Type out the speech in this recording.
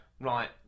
Right